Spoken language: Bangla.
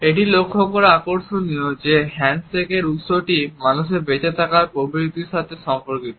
এটি লক্ষ্য করা আকর্ষণীয় যে হ্যান্ডশেকের উত্সটি মানুষের বেঁচে থাকার প্রবৃত্তির সাথে সম্পর্কিত